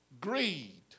Greed